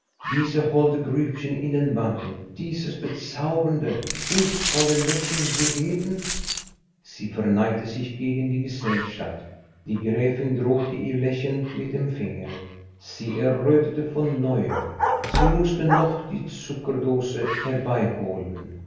dieses holde grübchen in den wangen dieses bezaubernde huldvolle lächeln gegeben sie verneigte sich gegen die gesellschaft die gräfin drohte ihr lächelnd mit dem finger sie errötete von neuem sie mußte noch die